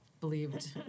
believed